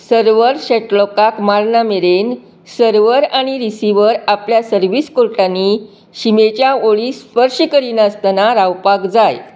server shuttlecock मारना मेरेन server आनी रिसीव्हर आपल्या सर्वीस कोर्टांनीं शिमेच्या ओळींक स्पर्श करिनासतना रावपाक जाय